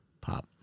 Pop